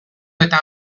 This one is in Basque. eta